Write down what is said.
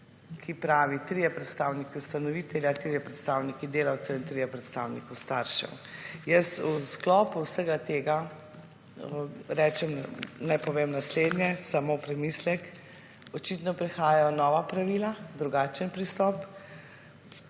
ki pravi 3 predstavniki ustanovitelja, 3 predstavniki delavcev in 3 predstavniki staršev. Jaz v sklopu vsega tega naj povem naslednje, samo v premislek, očitno prihajajo nova pravila, drugačen pristop